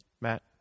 Matt